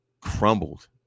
crumbled